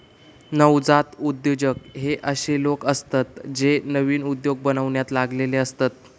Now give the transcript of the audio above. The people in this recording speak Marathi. नवजात उद्योजक हे अशे लोक असतत जे नवीन उद्योग बनवण्यात लागलेले असतत